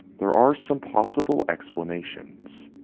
there are some possible explanations,